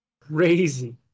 crazy